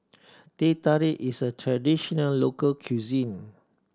Teh Tarik is a traditional local cuisine